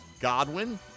Godwin